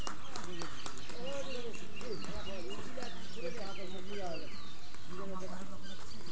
प्रियंका बताले कि निवेश परिव्यास अनुपातेर गणना केन न कराल जा छेक